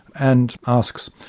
and asks,